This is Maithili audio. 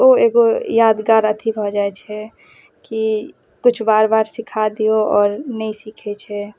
ओ एगो यादगार अथी भऽ जाइ छै कि किछु बार बार सिखा दियौ आओर नहि सीखै छै